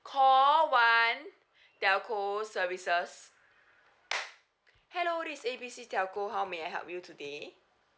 call one telco services hello this is A B C telco how may I help you today